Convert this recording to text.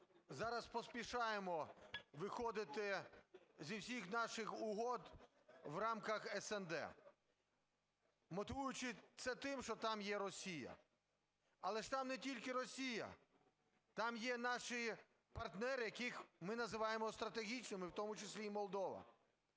зараз поспішаємо виходити зі всіх наших угод в рамках СНД, мотивуючи це тим, що там є Росія. Але ж там не тільки Росія, там є наші партнери, яких ми називаємо стратегічними, в тому числі і Молдова.